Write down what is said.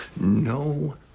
no